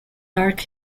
dark